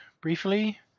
briefly